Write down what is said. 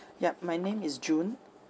yup my name is june